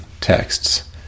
texts